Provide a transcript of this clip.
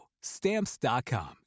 Stamps.com